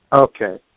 Okay